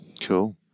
cool